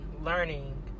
learning